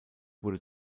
wurde